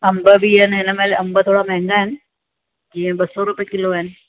अंब बि आहिनि इन महिल अंब थोरा महांगा आहिनि जीअं ॿ सौ रुपए किलो आहिनि